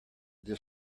this